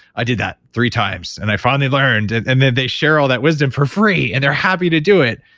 i did that three times and i finally learned, and and then, they share all that wisdom for free and they're happy to do it,